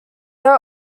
there